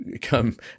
come